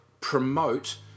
promote